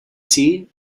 see